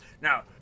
Now